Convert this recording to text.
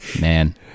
Man